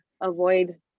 avoid